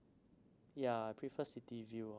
yeah I prefer city view oh